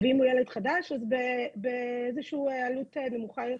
ואם הוא ילד חדש, אז באיזה שהיא עלות נמוכה יותר.